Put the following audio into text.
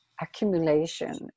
accumulation